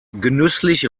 genüsslich